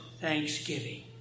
thanksgiving